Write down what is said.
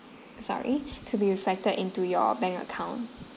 sorry to be reflected into your bank account